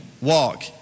walk